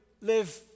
live